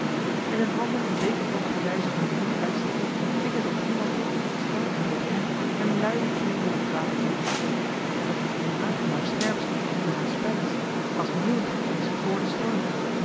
en zijn handen op bekervormige wijze om den mond uitstrekkend liet hij tot driemaal toe schel en doordringend een luiden kreet over het water klinken het had iets onaangenaam scherps en onheilspellends als meeuwengekrijsch vr den storm